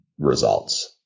results